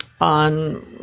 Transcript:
on